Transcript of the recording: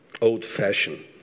old-fashioned